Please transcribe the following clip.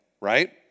right